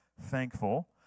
thankful